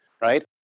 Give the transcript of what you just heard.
right